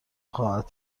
خواهد